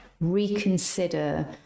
reconsider